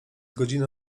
godzina